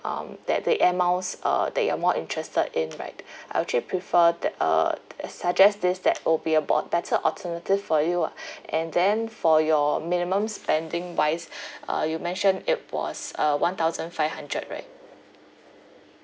um that the air miles uh that you are more interested in right I'll actually prefer that uh t~ as suggest this that will be a bo~ better alternative for you ah and then for your minimum spending wise uh you mentioned it was uh one thousand five hundred right